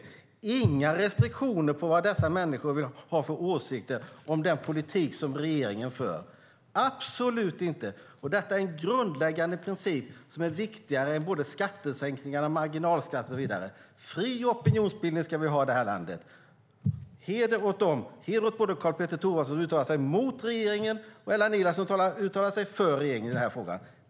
Det ska inte finnas några restriktioner för vilka åsikter dessa människor vill ha om den politik som regeringen för, absolut inte. Detta är en grundläggande princip som är viktigare än såväl skattesänkningar som marginalskatter och så vidare. Fri opinionsbildning ska vi ha i det här landet! Heder åt både Karl-Petter Thorwaldsson som uttalar sig mot regeringen och åt Ella Niia som uttalar sig för regeringen i frågan.